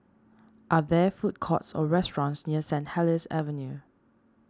are there food courts or restaurants near St Helier's Avenue